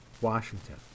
Washington